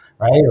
right